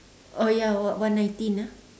oh ya one one nineteen ah